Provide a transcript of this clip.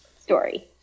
story